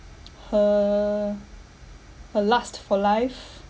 her her lust for life